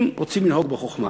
אם רוצים לנהוג בחוכמה,